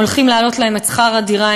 הולכים להעלות להן את שכר הדירה,